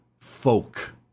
folk